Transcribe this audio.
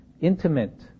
intimate